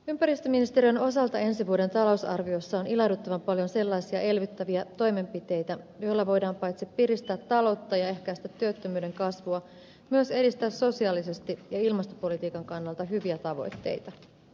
ympäristöministeriön osalta ensi vuoden talousarviossa on ilahduttavan paljon sellaisia elvyttäviä toimenpiteitä joilla voidaan paitsi piristää taloutta ja ehkäistä työttömyyden kasvua myös edistää sosiaalisesti ja ilmastopolitiikan kannalta hyviä tavoitteita